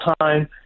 time